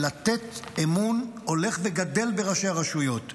לתת אמון הולך וגדל בראשי הרשויות.